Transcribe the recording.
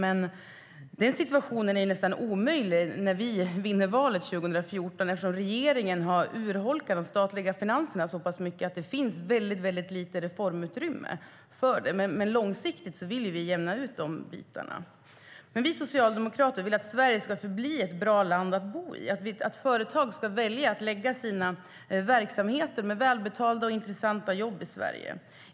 En sådan situation blir dock nästan omöjlig att åstadkomma när vi vinner valet 2014 eftersom regeringen har urholkat de statliga finanserna så kraftigt att det inte finns mycket reformutrymme för det. Men långsiktigt vill vi jämna ut de båda delarna. Vi socialdemokrater vill att Sverige ska förbli ett bra land att bo i, att företag ska välja att lägga sina verksamheter med välbetalda och intressanta jobb i Sverige.